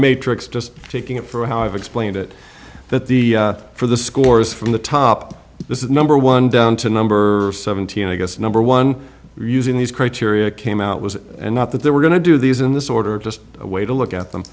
matrix just taking it for how i've explained it that the for the scores from the top this is number one down to number seventeen i guess number one are using these criteria came out was not that they were going to do these in this order just a way to look at them